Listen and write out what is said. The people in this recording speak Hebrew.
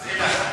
אלה,